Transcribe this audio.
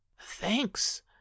thanks